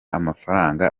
amafaranga